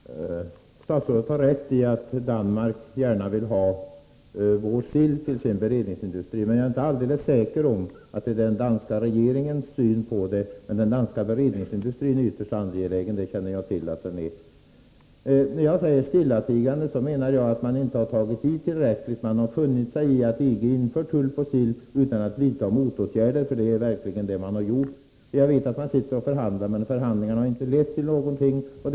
Herr talman! Statsrådet har rätt i att Danmark gärna vill ha vår sill till sin beredningsindustri. Jag är inte alldeles säker på att det är den danska regeringen som vill det, men jag känner till att den danska beredningsindustrin är ytterst angelägen om att få vår sill. När jag säger ”stillatigande” menar jag att regeringen inte har tagit i tillräckligt. Regeringen har funnit sig i att EG har infört tull på sill utan att vidta motåtgärder — det är verkligen vad man har gjort. Jag vet att man förhandlar, men förhandlingarna har inte lett till något resultat.